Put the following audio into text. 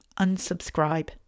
unsubscribe